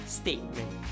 statement